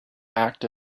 act